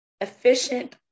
efficient